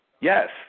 yes